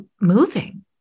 moving